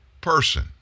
person